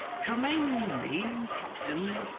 commend me, captain,